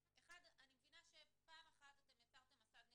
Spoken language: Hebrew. אני מבינה שפעם אחת אתם יצרתם מסד נתונים,